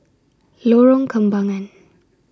Lorong Kembangan